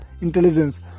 intelligence